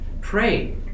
pray